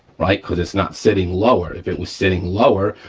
right, because it's not sitting lower. if it was sitting lower,